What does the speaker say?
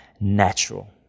natural